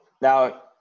now